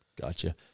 Gotcha